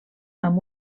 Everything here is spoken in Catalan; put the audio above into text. amb